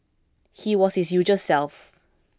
he was his usual self